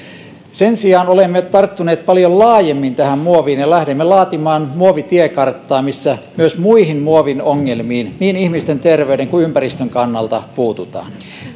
sen sijaan olemme tarttuneet paljon laajemmin tähän muoviin ja lähdemme laatimaan muovitiekarttaa missä myös muihin muovin ongelmiin niin ihmisten terveyden kuin ympäristönkin kannalta puututaan